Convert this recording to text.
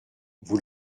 vous